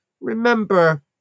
Remember